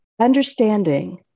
Understanding